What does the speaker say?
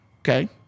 Okay